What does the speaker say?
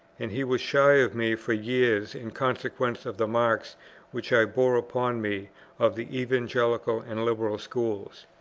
and he was shy of me for years in consequence of the marks which i bore upon me of the evangelical and liberal schools.